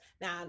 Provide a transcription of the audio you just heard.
now